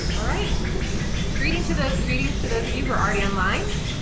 all right greeting to the greetings to those of you who are already online.